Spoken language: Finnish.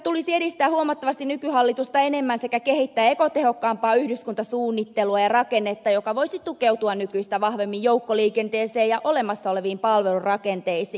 joukkoliikennettä tulisi edistää huomattavasti nykyhallitusta enemmän sekä kehittää ekotehokkaampaa yhdyskuntasuunnittelua ja rakennetta joka voisi tukeutua nykyistä vahvemmin joukkoliikenteeseen ja olemassa oleviin palvelurakenteisiin